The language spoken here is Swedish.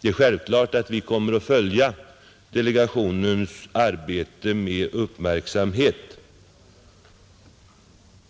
Det är självklart att vi kommer att följa delegationens arbete med uppmärksamhet.